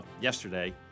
yesterday